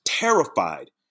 terrified